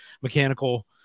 mechanical